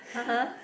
(uh huh)